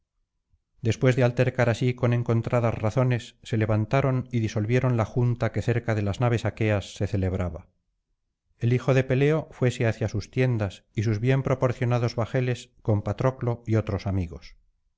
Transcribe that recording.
después de altercar así con encontradas razones se levantaron y disolvieron la junta que cerca de las naves acjueas se celebraba el hijo de peleo fuese hacia sus tiendas y sus bien proporcionados bajeles con patroclo y otros amigos